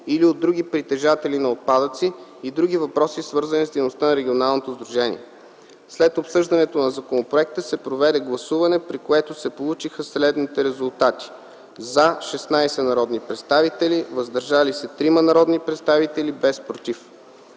или от други притежатели на отпадъци и други въпроси свързани с дейността на регионалното сдружение. След обсъждането на законопроекта се проведе гласуване, при което се получиха следните резултати: „за” – 16 народни представители, „въздържали се” – 3 народни представители, без „против”.